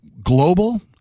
global